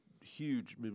huge